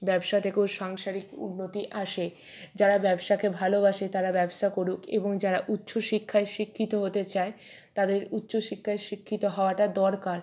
ব্যবসা থেকেও সাংসারিক উন্নতি আসে যারা ব্যবসাকে ভালোবাসে তারা ব্যবসা করুক এবং যারা উচ্চশিক্ষায় শিক্ষিত হতে চায় তাদের উচ্চশিক্ষায় শিক্ষিত হওয়াটা দরকার